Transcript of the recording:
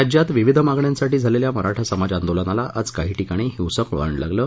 राज्यात विविध मागण्यांसाठी झालेल्या मराठा समाज आंदोलनाला आज काही ठिकाणी हिंसक वळण लागलं